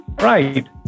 Right